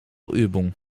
übung